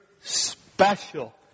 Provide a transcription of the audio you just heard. special